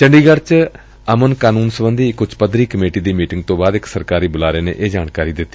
ਚੰਡੀਗੜ੍ਹ ਚ ਅਮਨ ਕਾਨੂੰਨ ਸਬੰਧੀ ਇਕ ਉੱਚ ਪੱਧਰੀ ਕਮੇਟੀ ਦੀ ਮੀਟਿੰਗ ਤੋਂ ਬਾਅਦ ਇਕ ਸਰਕਾਰੀ ਬੁਲਾਰੇ ਨੇ ਇਹ ਜਾਣਕਾਰੀ ਦਿੱਤੀ